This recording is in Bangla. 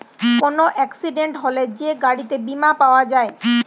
কোন এক্সিডেন্ট হলে যে গাড়িতে বীমা পাওয়া যায়